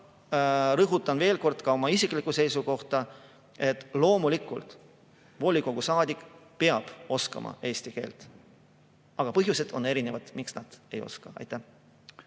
Ma rõhutan veel kord ka oma isiklikku seisukohta: loomulikult peab volikogu saadik oskama eesti keelt. Aga põhjused on erinevad, miks paljud ei oska. Heiki